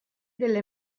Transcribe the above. delle